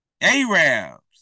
Arabs